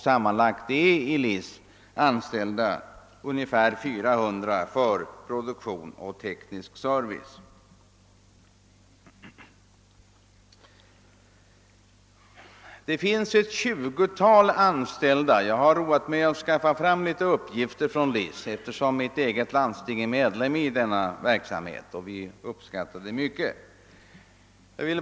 Sammanlagt har LIC ungefär 400 personer anställda för produktion och teknisk service.